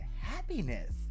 happiness